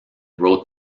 wrote